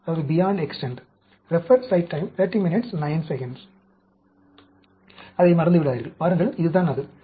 அதை மறந்துவிடாதீர்கள் பாருங்கள் இதுதான் இது